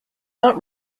not